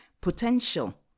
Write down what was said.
potential